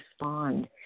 respond